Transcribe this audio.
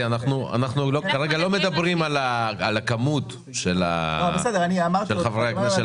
אנחנו כרגע לא מדברים על הכמות של חברי כנסת,